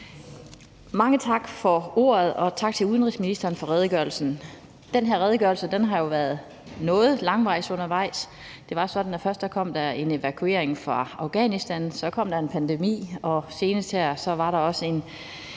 Mange tak for ordet og tak til udenrigsministeren for redegørelsen. Den her redegørelse har været noget længe undervejs. Det var sådan, at først kom der en evakuering fra Afghanistan, så kom der en pandemi, og senest her var der også en